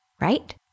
right